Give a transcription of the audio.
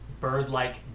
bird-like